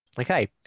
Okay